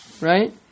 right